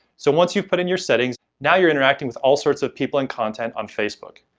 so once you've put in your settings, now you're interacting with all sorts of people and content on facebook.